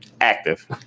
Active